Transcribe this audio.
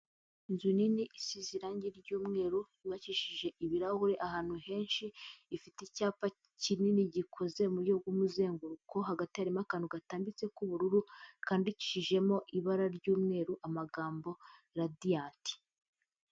Inzu nini isize irange ry'umweru yubakishije ibirahure ahantu henshi, ifite icyapa kinini gikoze mu buryo bw'umuzenguruko hagati harimo akantu gatambitse k'ubururu kandikishijemo ibara ry'umweru amagambo Radiyanti.